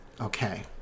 Okay